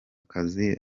akazi